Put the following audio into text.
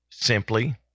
Simply